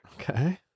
Okay